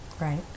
Right